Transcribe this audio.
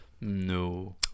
No